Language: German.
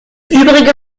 übrige